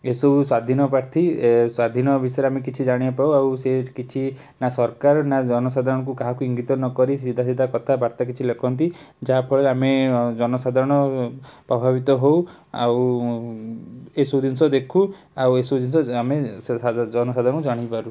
ଏସବୁ ସ୍ଵାଧୀନପାର୍ଥୀ ଏ ସ୍ଵାଧୀନ ବିଷୟରେ ଆମେ କିଛି ଜାଣିବାକୁ ପାଉ ଆଉ ସେ କିଛି ନା ସରକାର ନା ଜନସାଧାରଣଙ୍କୁ କାହାକୁ ଇଙ୍ଗିତ ନକରି ସିଧା ସିଧା କଥାବାର୍ତ୍ତା କିଛି ଲେଖନ୍ତି ଯାହାଫଳରେ ଆମେ ଜନସାଧାରଣ ପ୍ରଭାବିତହଉ ଆଉ ଏସବୁ ଜିନିଷ ଦେଖୁ ଆଉ ଏସବୁ ଜିନିଷ ଆମେ ଜନସାଧରଙ୍କୁ ଜଣାଇପାରୁ